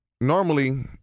normally